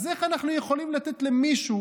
אז איך אנחנו יכולים לתת למישהו